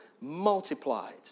multiplied